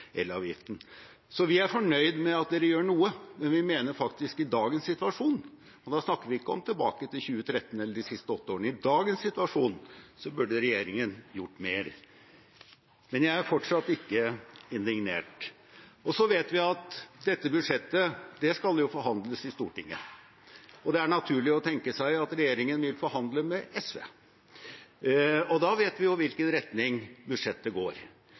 elavgiften. Vi er altså fornøyd med at dere gjør noe, men vi mener faktisk at i dagens situasjon – og da snakker vi ikke om tilbake til 2013 eller de siste åtte årene – burde regjeringen ha gjort mer. Men jeg er fortsatt ikke indignert. Så vet vi at dette budsjettet skal forhandles i Stortinget, og det er naturlig å tenke seg at regjeringen vil forhandle med SV. Da vet vi jo i hvilken retning budsjettet går.